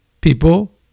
People